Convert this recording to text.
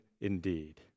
indeed